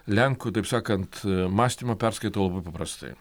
lenkų taip sakant mąstymą perskaitau labai paprastai